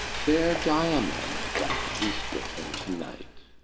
there diomed doth feast with him to-night,